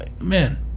Man